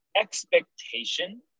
expectation